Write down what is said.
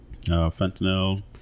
fentanyl